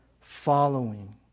following